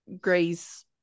grace